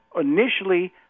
initially